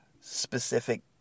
specific